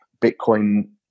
Bitcoin